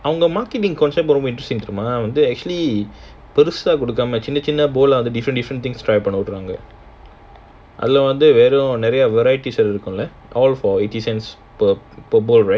அவங்க:awanga actually பெருசா குடுக்காம சின்ன சின்ன தா:perusa kudukkaama chinna chinna tha different different things அதுல வந்து நெறய:athula wanthu neraya variety இருக்கும் ல:irukkum la all for eighty cents per per bowl right